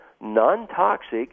non-toxic